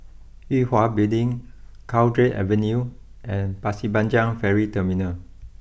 Yue Hwa Building Cowdray Avenue and Pasir Panjang Ferry Terminal